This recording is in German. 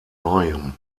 neuem